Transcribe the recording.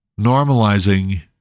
normalizing